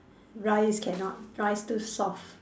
rice cannot rice too soft